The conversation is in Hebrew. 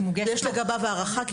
ויש לגביו הערכה.